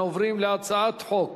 אנחנו עוברים להצעת חוק